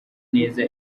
neza